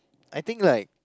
I think like